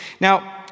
Now